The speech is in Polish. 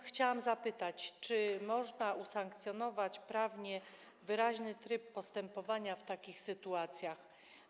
Chciałam zatem zapytać, czy można usankcjonować prawnie wyraźny tryb postępowania w takich sytuacjach.